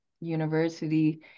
university